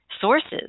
sources